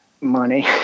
money